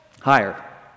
Higher